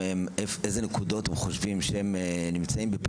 ואבדוק איתם מה הפערים.